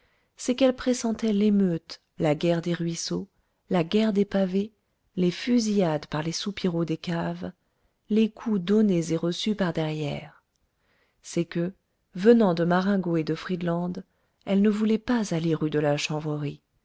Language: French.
c'est qu'elle pressentait l'émeute la guerre des ruisseaux la guerre des pavés les fusillades par les soupiraux des caves les coups donnés et reçus par derrière c'est que venant de marengo et de friedland elle ne voulait pas aller rue de la